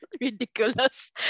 ridiculous